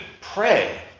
pray